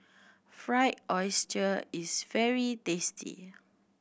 Fried Oyster is very tasty